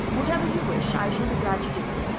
whatever you wish, i shall be glad to do.